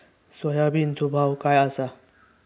सोयाबीनचो भाव काय आसा?